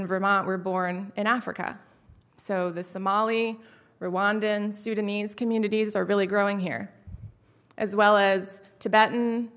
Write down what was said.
in vermont were born in africa so the somali rwandan sudanese communities are really growing here as well as to baton